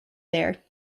there